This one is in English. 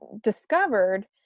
discovered